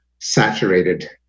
saturated